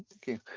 okay,